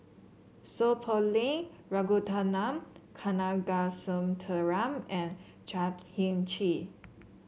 S eow Poh Leng Ragunathar Kanagasuntheram and Chan Heng Chee